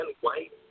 white